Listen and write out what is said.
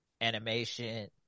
animation